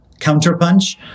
counterpunch